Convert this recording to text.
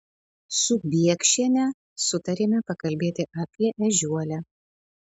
su biekšiene sutarėme pakalbėti apie ežiuolę